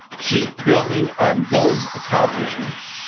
keep building on those accomplishments.